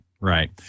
right